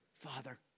Father